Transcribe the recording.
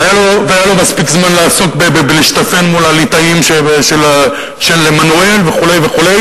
והיה לו מספיק זמן לעסוק בלהשתפן מול הליטאים של עמנואל וכו' וכו',